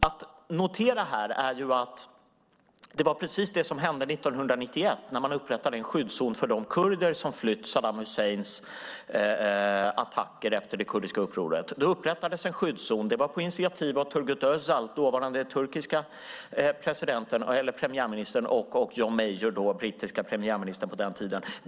Att notera här är att det var precis detta som hände 1991, när man upprättade en skyddszon för de kurder som flytt Saddam Husseins attacker efter det kurdiska upproret. Man upprättade då en skyddszon. Det var på initiativ av Turgut Özal, den dåvarande turkiska premiärministern, och John Major, som var brittisk premiärminister på den tiden.